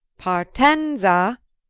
par-ten-za!